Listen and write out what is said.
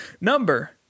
number